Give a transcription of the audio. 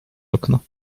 okno